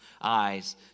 eyes